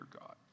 God